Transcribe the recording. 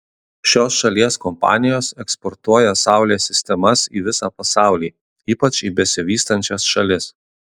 šios šalies kompanijos eksportuoja saulės sistemas į visą pasaulį ypač į besivystančias šalis